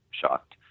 shocked